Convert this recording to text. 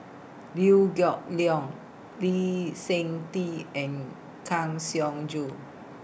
Liew Geok Leong Lee Seng Tee and Kang Siong Joo